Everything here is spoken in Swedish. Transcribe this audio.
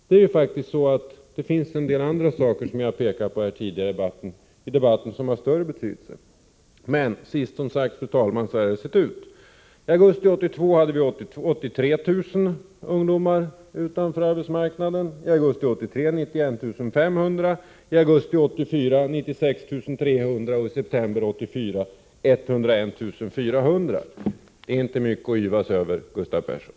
Det finns faktiskt en del andra saker som jag har pekat på här tidigare i debatten som har större betydelse. Sist, fru talman, så här har det sett ut: I augusti 1982 stod 83 000 ungdomar utanför arbetsmarknaden, i augusti 1983 91 500, i augusti 1984 96 300 och i september 1984 101 400. Det är inte mycket att yvas över, Gustav Persson!